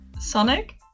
sonic